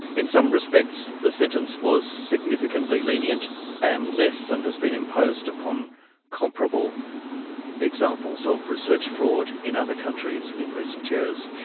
in some respects the sentence was significantly lenient and less than has been imposed upon comparable examples of research fraud in other countries in recent years.